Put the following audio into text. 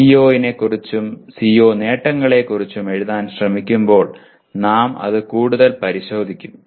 CO നെക്കുറിച്ചും CO നേട്ടങ്ങളെക്കുറിച്ചും എഴുതാൻ ശ്രമിക്കുമ്പോൾ നാം അത് കൂടുതൽ പരിശോധിക്കും